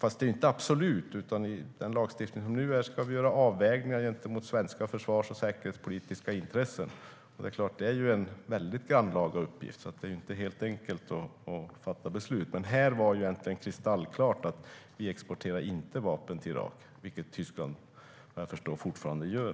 Men det är inte absolut, utan i den nuvarande lagstiftningen ska vi göra avvägningar gentemot svenska försvars och säkerhetspolitiska intressen. Det är klart att det är en väldigt grannlaga uppgift, så det är inte helt enkelt att fatta beslut. Men det här var egentligen kristallklart: Vi exporterar inte vapen till Irak, vilket Tyskland vad jag förstår fortfarande gör.